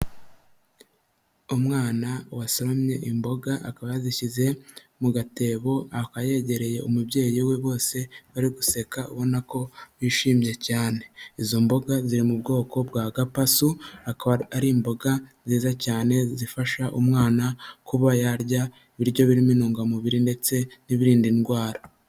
Umwana wasoromye imboga akaba yazishyize mu gatebo, akaba yegereye umubyeyi we bose bari guseka, ubona ko bishimiye cyane, izo mboga ziri mu bwoko bwa gapasu, akaba ari imboga nziza cyane zifasha umwana kuba yarya ibiryo birimo intungamubiri ndetse n'ibirinda indwara.